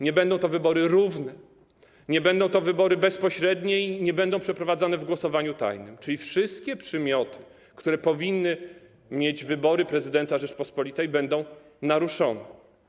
Nie będą to wybory równe, nie będą to wybory bezpośrednie i nie będą przeprowadzone w głosowaniu tajnym, czyli wszystkie przymioty, które powinny mieć wybory, w których wybiera się prezydenta Rzeczypospolitej, będą naruszone.